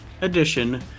edition